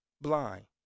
blind